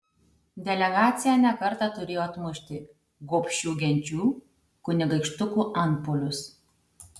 delegacija ne kartą turėjo atmušti gobšių genčių kunigaikštukų antpuolius